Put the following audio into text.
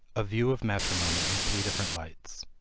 a view of matrimony in three different lights.